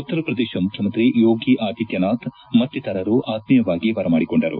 ಉತ್ತರ ಪ್ರದೇಶ ಮುಖ್ಯಮಂತ್ರಿ ಯೋಗಿ ಆದಿತ್ಯನಾಥ್ ಮತ್ತಿತರರು ಆತ್ಮೀಯವಾಗಿ ಬರಮಾಡಿಕೊಂಡರು